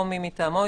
או מי מטעמו,